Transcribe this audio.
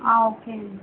okay అండి